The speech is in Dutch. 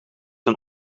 een